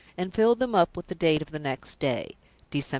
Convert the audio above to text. and filled them up with the date of the next day,